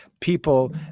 people